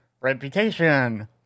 Reputation